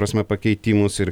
prasme pakeitimus ir